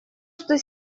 что